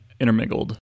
intermingled